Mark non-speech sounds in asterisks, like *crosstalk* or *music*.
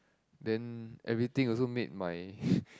then everything also made my *breath*